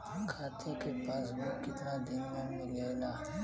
खाता के पासबुक कितना दिन में मिलेला?